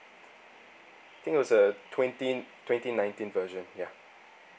think it was a twenty twenty nineteen version ya